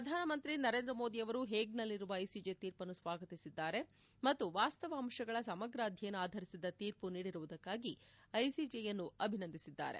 ಪ್ರಧಾನಮಂತ್ರಿ ನರೇಂದ್ರ ಮೋದಿಯವರು ಹೇಗ್ನಲ್ಲಿರುವ ಐಸಿಜೆ ತೀರ್ಪನ್ನು ಸ್ನಾಗತಿಸಿದ್ದಾರೆ ಮತ್ತು ವಾಸ್ತವ ಅಂಶಗಳ ಸಮಗ್ರ ಅಧ್ಯಯನ ಆಧರಿಸಿದ ತೀರ್ಪು ನೀಡಿರುವುದಕ್ಕಾಗಿ ಐಸಿಜೆಯನ್ನು ಅಭಿನಂದಿಸಿದ್ದಾರೆ